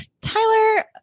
Tyler